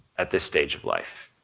at this stage of life.